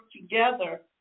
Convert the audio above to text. together